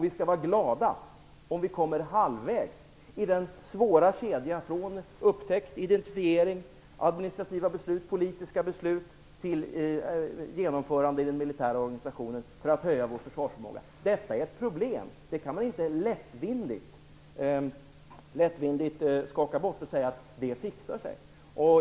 Vi skall vara glada om vi kommer halvvägs i den svåra kedjan från upptäckt, identifiering, administrativa och politiska beslut till genomförande i den militära organisationen för att höja vår försvarsförmåga. Detta är ett problem. Det kan man inte lättvindigt skaka bort och säga att det fixar sig.